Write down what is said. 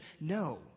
No